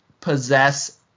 possess –